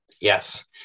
yes